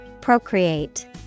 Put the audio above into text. procreate